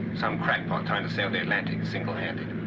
some crackpot trying to sail the atlantic single-handed.